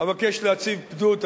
אבקש להציג פדות,